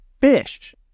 fish